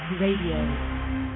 Radio